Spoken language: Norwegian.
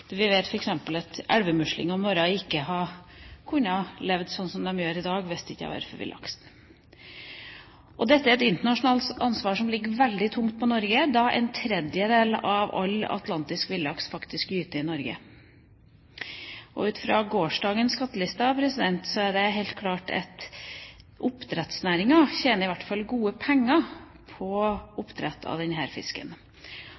Vi vet f.eks. at elvemuslingene våre ikke ville kunne ha levd slik som de gjør i dag, hvis det ikke hadde vært for villaksen. Dette er et internasjonalt ansvar som ligger veldig tungt på Norge, da ⅓ av all atlantisk villaks faktisk gyter i Norge. Ut fra gårsdagens skattelister er det helt klart at oppdrettsnæringen i hvert fall tjener gode penger på